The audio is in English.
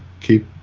keep